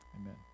Amen